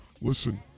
Listen